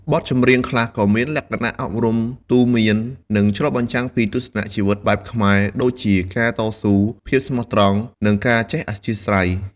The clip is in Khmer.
បទចម្រៀងខ្លះក៏មានលក្ខណៈអប់រំទូន្មាន និងឆ្លុះបញ្ចាំងពីទស្សនៈជីវិតបែបខ្មែរ ដូចជាការតស៊ូ ភាពស្មោះត្រង់ និងការចេះអធ្យាស្រ័យ។